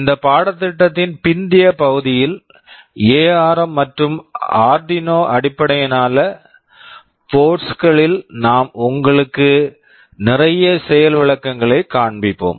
இந்த பாடத்திட்டத்தின் பிந்தைய பகுதியில் எஆர்ம் ARM மற்றும் ஆர்டினோ Arduino அடிப்படையிலான போர்ட்ஸ் boards களில் நாங்கள் உங்களுக்கு நிறைய செயல் விளக்கங்களை காண்பிப்போம்